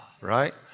Right